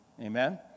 amen